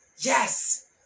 Yes